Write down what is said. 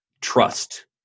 trust